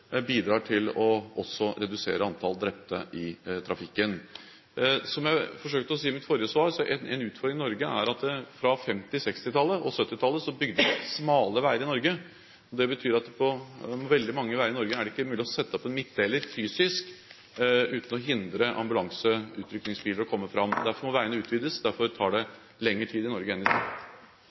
bidrar også til å redusere antallet drepte i trafikken. Som jeg forsøkte å si i mitt forrige svar, er en utfordring at på 1950-, 1960- og 1970-tallet bygde man smale veier i Norge. Det betyr at på veldig mange veier i Norge er det ikke mulig å sette opp en midtdeler fysisk uten å hindre ambulanser og utrykningsbiler i å komme fram. Derfor må veiene utvides, derfor tar det lengre tid i Norge enn i